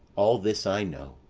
all this i know,